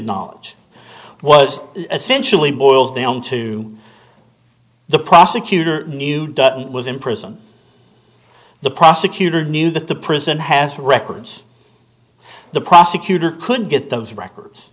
knowledge was essentially boils down to the prosecutor knew it was in prison the prosecutor knew that the prison has records the prosecutor could get those records